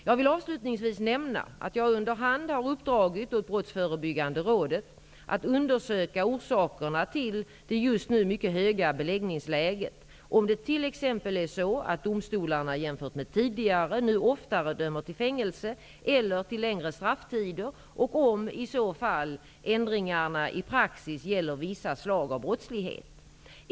Jag vill avslutningsvis nämna att jag under hand har uppdragit åt Brottsförebyggande rådet att undersöka orsakerna till det just nu mycket höga beläggningsläget, om det t.ex. är så att domstolarna jämfört med tidigare nu oftare dömer till fängelse eller till längre strafftider och om, i så fall, ändringarna i praxis gäller vissa slag av brottslighet.